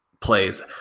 plays